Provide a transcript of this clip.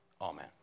Amen